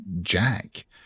Jack